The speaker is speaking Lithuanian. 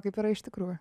kaip yra iš tikrųjų